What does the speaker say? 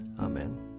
Amen